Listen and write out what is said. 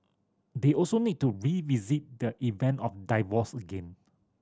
they also need to revisit the event of divorce again